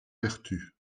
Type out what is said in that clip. vertu